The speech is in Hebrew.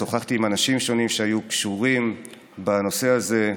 שוחחתי עם אנשים שונים שהיו קשורים בנושא הזה,